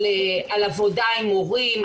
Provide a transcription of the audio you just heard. על עבודה עם מורים,